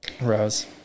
Rose